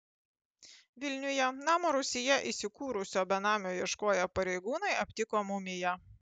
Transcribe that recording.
vilniuje namo rūsyje įsikūrusio benamio ieškoję pareigūnai aptiko mumiją